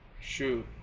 Shoot